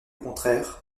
contraire